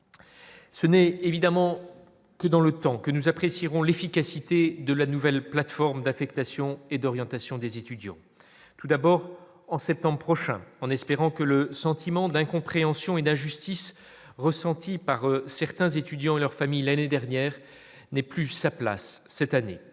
Ce n'est évidemment que dans le temps que nous apprécierons l'efficacité de la nouvelle plateforme d'affectation et d'orientation des étudiants tout d'abord en septembre prochain, en espérant que le sentiment d'incompréhension et d'injustice ressenti par certains étudiants et leurs familles, l'année dernière n'ait plus sa place cette année,